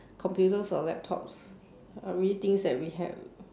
computers or laptops everyday things that we have